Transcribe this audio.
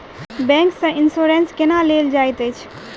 bank सँ insurance केना लेल जाइत अछि